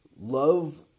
love